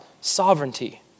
sovereignty